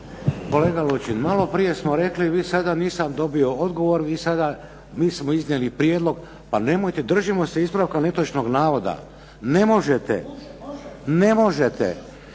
Kolega Lučin, malo prije smo rekli, vi sada nisam dobio odgovor, vi sada mi smo iznijeli prijedlog. Pa nemojte, držimo se ispravka netočnog navoda. Ne možete, ne možete,